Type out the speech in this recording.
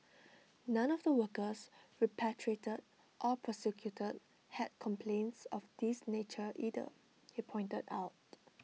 none of the workers repatriated or prosecuted had complaints of this nature either he pointed out